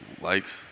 likes